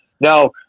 no